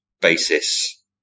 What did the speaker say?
basis